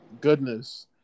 goodness